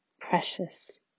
precious